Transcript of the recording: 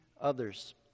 others